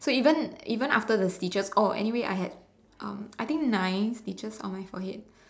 so even even after the stitches oh anyway I had um I think nine stitches on my forehead